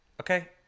okay